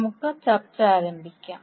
നമുക്ക് ചർച്ച ആരംഭിക്കാം